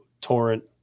Torrent